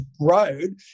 road